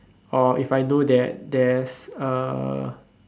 or if I know that there's a